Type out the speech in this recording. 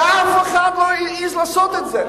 ואף אחד לא העז לעשות את זה.